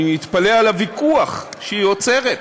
אני מתפלא על הוויכוח שהיא יוצרת.